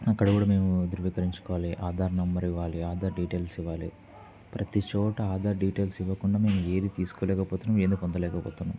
అక్కడ కూడా మేము ధృవీకరించుకోవాలి ఆధార్ నెంబర్ ఇవ్వాలి ఆధార్ డీటెయిల్స్ ఇవ్వాలి ప్రతి చోట ఆధార్ డీటెయిల్స్ ఇవ్వకుండా మేము ఏది తీసుకోలేకపోతున్నాం ఏది పొందలేకపోతున్నాం